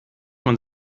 man